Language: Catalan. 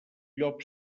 llop